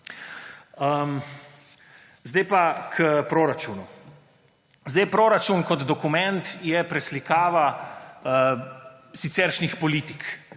Zdaj pa k proračunu. Proračun kot dokument je preslikava siceršnjih politik